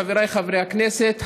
חבריי חברי הכנסת,